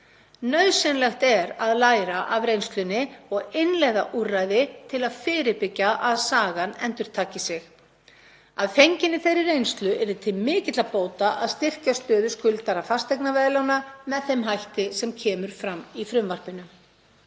Nauðsynlegt er að læra af reynslunni og innleiða úrræði til að fyrirbyggja að sagan endurtaki sig. Að fenginni þeirri reynslu yrði til mikilla bóta að styrkja stöðu skuldara fasteignaveðlána með þeim hætti sem kemur fram í frumvarpinu.